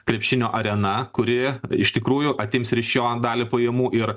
krepšinio arena kuri iš tikrųjų atims ir iš jo dalį pajamų ir